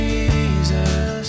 Jesus